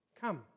Come